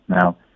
Now